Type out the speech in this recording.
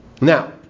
Now